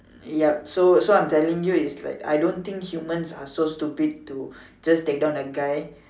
ya so so I'm telling you is like I don't think humans are so stupid to just take down a guy``